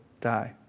die